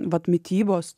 vat mitybos